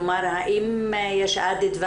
כלומר האם יש ערך מוסף,